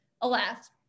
alas